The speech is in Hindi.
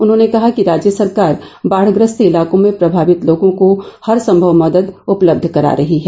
उन्होंने कहा कि राज्य सरकार बाढ़ग्रस्त इलाकों में प्रभावित लोगों को हरसंभव मदद उपलब्ध करा रही है